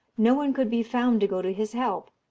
no one could be found to go to his help.